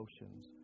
emotions